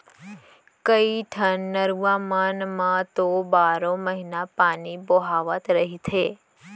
कइठन नरूवा मन म तो बारो महिना पानी बोहावत रहिथे